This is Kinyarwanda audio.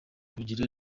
kubigira